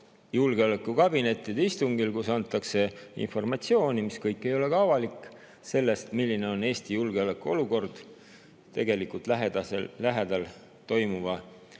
julgeolekukabinettide istungil, kus antakse informatsiooni, mis kõik ei ole ka avalik, sellest, milline on Eesti julgeoleku olukord tegelikult lähedal toimuva sõja